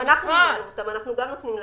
גם אנחנו מממנים אותם, אנחנו גם נותנים להם.